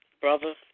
Brother